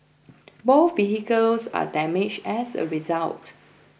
both vehicles were damaged as a result